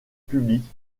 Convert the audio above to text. publique